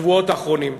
בשבועות האחרונים.